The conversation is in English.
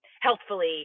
healthfully